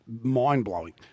mind-blowing